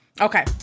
Okay